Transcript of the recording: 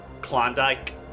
Klondike